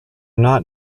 not